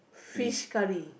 fish curry